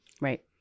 Right